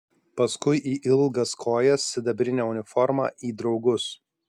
paskui į ilgas kojas sidabrinę uniformą į draugus